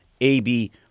AB